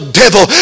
devil